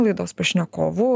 laidos pašnekovų